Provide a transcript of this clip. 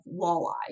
walleye